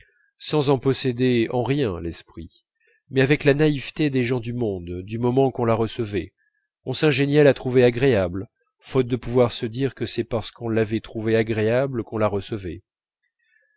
sans en posséder en rien l'esprit mais avec la naïveté des gens du monde du moment qu'on la recevait on s'ingéniait à la trouver agréable faute de pouvoir se dire que c'est parce qu'on l'avait trouvée agréable qu'on la recevait